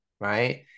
right